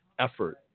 effort